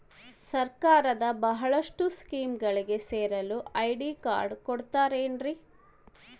ಸರ್ಕಾರದ ಬಹಳಷ್ಟು ಸ್ಕೇಮುಗಳಿಗೆ ಸೇರಲು ಐ.ಡಿ ಕಾರ್ಡ್ ಕೊಡುತ್ತಾರೇನ್ರಿ?